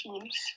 teams